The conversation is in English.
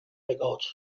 records